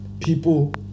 people